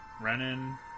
Renan